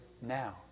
now